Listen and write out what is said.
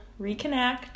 reconnect